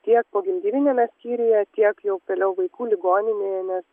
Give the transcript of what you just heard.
tiek pagrindiniame skyriuje tiek jau vėliau vaikų ligonininėje nes